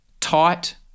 tight